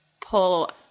pull